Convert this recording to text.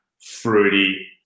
fruity